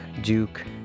Duke